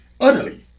utterly